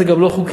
זה גם לא חוקי,